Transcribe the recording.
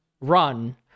run